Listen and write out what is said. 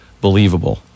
believable